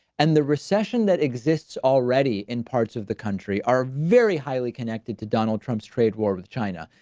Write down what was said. and the recession that exists already in parts of the country are very highly connected to donald trump's trade war with china.